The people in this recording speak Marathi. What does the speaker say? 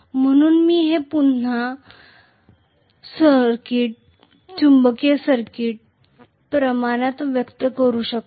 म्हणून मी हे पुन्हा चुंबकीय सर्किट प्रमाणात व्यक्त करू शकतो